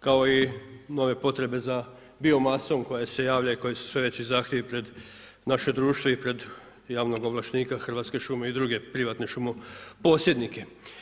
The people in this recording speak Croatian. kao i nove potrebe za biomasom koja se javlja i koji su sve veći zahtjevi pred naše društvo i pred javnog ovlaštenika Hrvatske šume i druge privatne šumoposjednike.